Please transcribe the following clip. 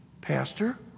Pastor